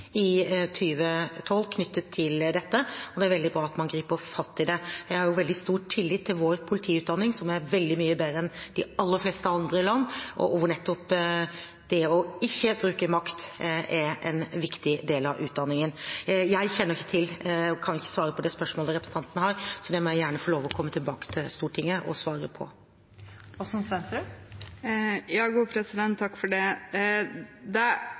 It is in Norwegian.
i 2012 knyttet til dette, men det er veldig bra at man griper fatt i det. Jeg har veldig stor tillit til vår politiutdanning, som er veldig mye bedre enn i de aller fleste andre land, hvor nettopp det å ikke bruke makt er en viktig del av utdanningen. Jeg kjenner ikke til og kan ikke svare på det spørsmålet representanten har, så det må jeg få lov til å komme tilbake til Stortinget og svare på. Takk for det. Det